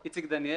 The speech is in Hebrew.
אדוני,